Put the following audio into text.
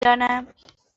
دانم